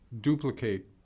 duplicate